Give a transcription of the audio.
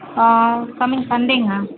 coming சண்டேங்க